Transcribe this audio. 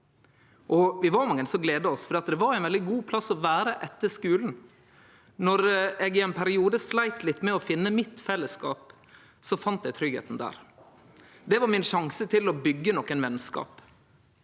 SFO. Vi var mange som gledde oss, for det var ein veldig god plass å vere etter skulen. Då eg i ein periode sleit litt med å finne mitt fellesskap, fann eg tryggleiken der. Det var min sjanse til å byggje nokre venskap.